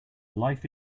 life